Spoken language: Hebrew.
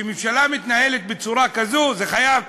כשממשלה מתנהלת בצורה כזו, זה חייב